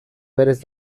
berez